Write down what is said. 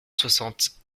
soixante